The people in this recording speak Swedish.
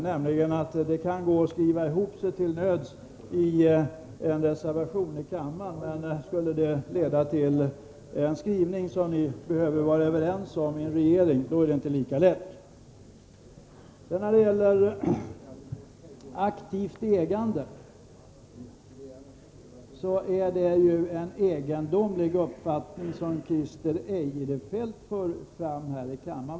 Det kan vara möjligt för er att till nöds skriva ihop er om en reservation, men om det gällde en skrivning som ni behövde vara överens om i en regering, då skulle det inte gå lika lätt. När det gäller aktivt ägande är det en egendomlig uppfattning som Christer Eirefelt för fram här i kammaren.